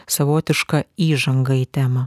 savotiška įžanga į temą